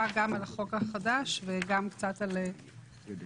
גם על החוק החדש וגם קצת על העבר.